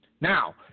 Now